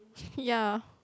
ya